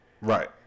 Right